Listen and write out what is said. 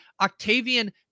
octavian